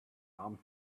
armed